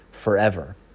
forever